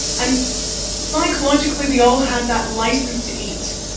and psychologically, we all had that license to eat.